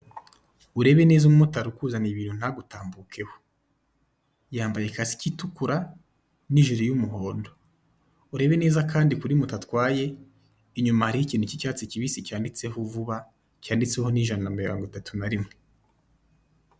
Urebe neza umumotari ukuzaniye ibintu ntagutambukeho, yambaye kasike itukura n'ijire y'umuhondo, urebe neza kandi kuri moto atwaye inyuma hariho ikintu cy'icyatsi kibisi cyanditseho vuba, cyanditseho n'ijana na mirongo itatu na rimwe.